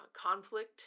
conflict